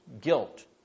guilt